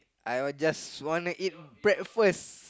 I will just wanna eat breakfast